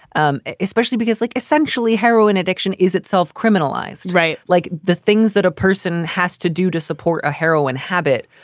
um especially because like essentially heroin addiction is itself criminalized. right. like the things that a person has to do to support a heroin habit.